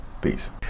peace